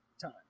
time